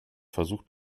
versucht